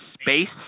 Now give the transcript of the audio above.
space